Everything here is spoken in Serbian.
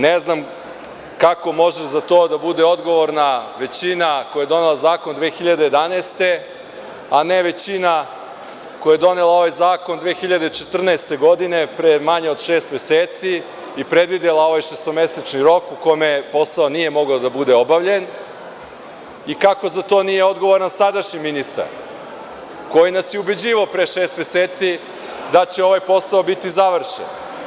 Ne znam kako može za to da bude odgovorna većina koja je donela zakon 2011. godine, a ne većina koja je donela ovaj zakon 2014. godine pre manje od šest meseci i predvidela ovaj šestomesečni rok u kome posao nije mogao da bude obavljen i kako za to nije odgovoran sadašnji ministar koji nas je ubeđivao pre šest meseci da će ovaj posao biti završen?